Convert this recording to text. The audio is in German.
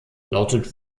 lautet